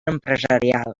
empresarial